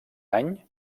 any